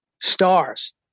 stars